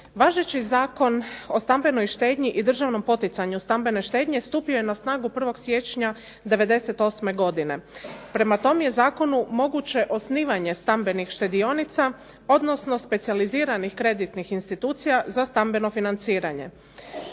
Važeći zakon o stambenoj štednji državnom poticanju stambene štednje studio je na snagu 1. siječnja 98. godine. Prema tome je Zakonu moguće osnivanje stambenih štedionica, odnosno specijaliziranih kreditnih institucija za stambeno financiranje.